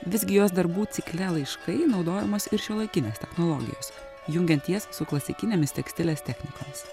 visgi jos darbų cikle laiškai naudojamos ir šiuolaikinės technologijos jungiant jas su klasikinėmis tekstilės technikomis